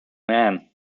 man